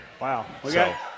Wow